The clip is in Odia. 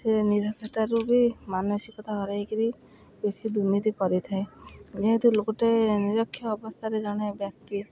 ସେ ନିରକ୍ଷତାରୁ ବି ମାନସିକତା ହରାଇ କରି ବେଶୀ ଦୁର୍ନୀତି କରିଥାଏ ଯେହେତୁ ଗୋଟେ ନିରକ୍ଷ ଅବସ୍ଥାରେ ଜଣେ ବ୍ୟକ୍ତି